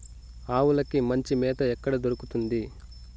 ఆవులకి మంచి మేత ఎక్కడ దొరుకుతుంది?